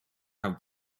have